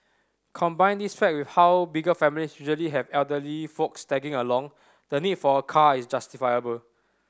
combine this fact with how bigger families usually have elderly folks tagging along the need for a car is justifiable